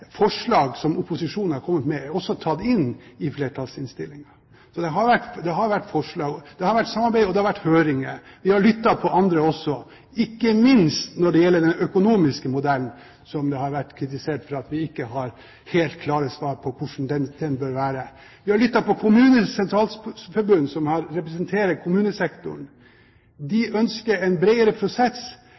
forslag som opposisjonen er kommet med, er også tatt inn i flertallsinnstillingen. Det har vært forslag, det har vært samarbeid, og det har vært høringer. Vi har lyttet til andre også, ikke minst når det gjelder den økonomiske modellen. Vi har jo blitt kritisert for at vi ikke har helt klare svar på hvordan den bør være. Vi har lyttet til KS, som representerer kommunesektoren. De ønsker en bredere prosess,